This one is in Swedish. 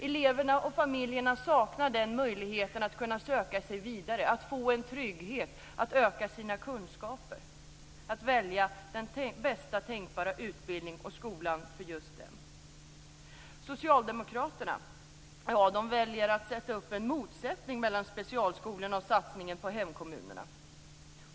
Eleverna saknar möjlighet att söka sig vidare, att få en trygghet, att öka sina kunskaper, att välja den bästa tänkbara skolan och utbildningen för just dem. Socialdemokraterna väljer att skapa en motsättning mellan specialskolorna och satsningen på hemkommunerna.